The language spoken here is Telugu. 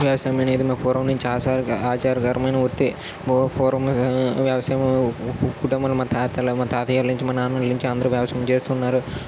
వ్యవసాయం అనేది మా పూర్వం నుంచి ఆచారం ఆచారకరమైన వృత్తి పూర్వము వ్యవసాయము కుటుంబాల మా తాతల నుంచి మా తాతయ్యల నుంచి మా నాన్నల నుంచి అందరు వ్యవసాయం చేస్తున్నారు